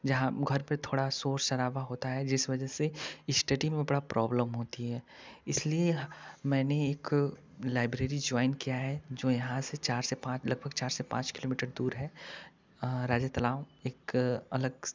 जहाँ घर पर थोड़ा शोर शराबा होता है जिस वजह से इश्टडी में बड़ा प्रॉब्लम होती है इसलिए मैंने एक लाइब्रेरी ज्वाइन किया है जो यहाँ से चार से पाँच लगभग चार से पाँच किलो मीटर दूर है राजत तलाव एक अलग